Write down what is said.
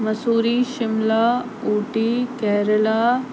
मसूरी शिमला ऊटी करल